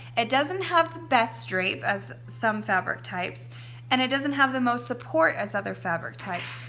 it doesn't have the best drape as some fabric types and it doesn't have the most support as other fabric types.